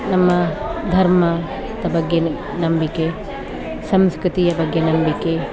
ನಮ್ಮ ಧರ್ಮ ದ ಬಗ್ಗೆ ನಂಬಿಕೆ ಸಂಸ್ಕೃತಿಯ ಬಗ್ಗೆ ನಂಬಿಕೆ